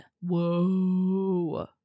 Whoa